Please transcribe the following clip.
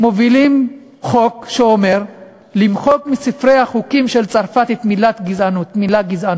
הם מובילים חוק שאומר למחוק מספרי החוקים של צרפת את המילה גזענות.